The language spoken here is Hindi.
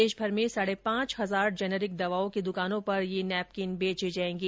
देशभर में साढ़े पांच हजार जेनेरिक दवाओं की द्वकानों पर ये नेपकिन बेचे जाएंगे